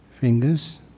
Fingers